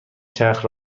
چرخ